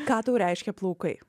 ką tau reiškia plaukai